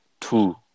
Two